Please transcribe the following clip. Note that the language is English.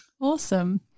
Awesome